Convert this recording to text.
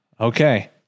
Okay